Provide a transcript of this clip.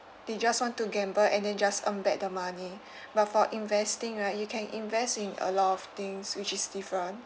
they just want to gamble and then just earn back the money but for investing right you can invest in a lot of things which is different